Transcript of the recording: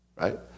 right